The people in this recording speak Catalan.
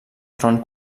tron